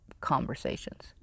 conversations